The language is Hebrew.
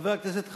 חבר הכנסת חסון,